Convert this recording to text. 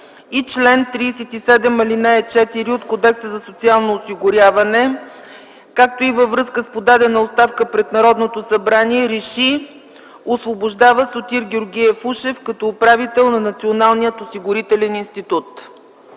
и чл. 37, ал. 4 от Кодекса за социално осигуряване, както и във връзка с подадена оставка пред Народното събрание РЕШИ: Освобождава Сотир Георгиев Ушев като управител на Националния осигурителен институт.”